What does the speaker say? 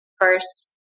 First